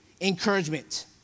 encouragement